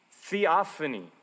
theophany